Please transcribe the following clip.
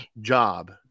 job